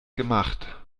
gemacht